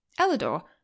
elidor